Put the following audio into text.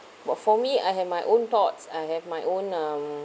but for me I have my own thoughts I have my own um